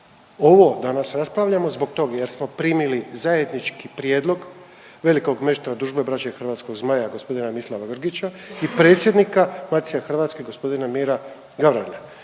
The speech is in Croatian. Ovo danas raspravljamo zbog tog jer smo primili zajednički prijedlog velikog meštra Družbe Braće Hrvatskog Zmaja gospodina Mislava Vrgića i predsjednika Matice hrvatske gospodina Mira Gavrana,